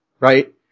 right